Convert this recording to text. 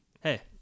Hey